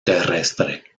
terrestre